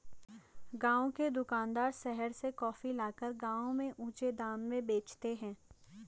गांव के दुकानदार शहर से कॉफी लाकर गांव में ऊंचे दाम में बेचते हैं